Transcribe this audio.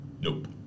Nope